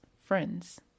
friends